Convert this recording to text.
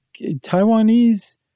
Taiwanese